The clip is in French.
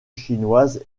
chinoise